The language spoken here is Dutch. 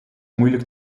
moeilijk